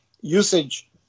usage